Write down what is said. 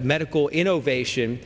medical innovation